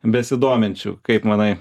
besidominčių kaip manai